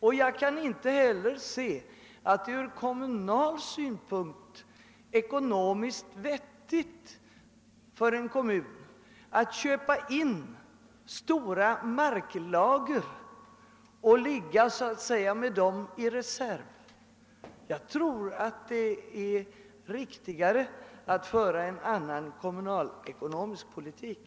Och jag kan inte heller se att det från kommunal synpunkt är ekonomiskt vettigt för en kommun att köpa in stora marklager och så att säga ligga med dem i reserv. Jag tror det är riktigare att föra en annan kommunalekonomisk politik.